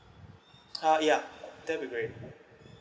uh ya that'll be great